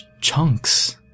chunks